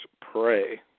Pray